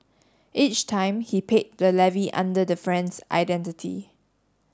each time he paid the levy under the friend's identity